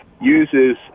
uses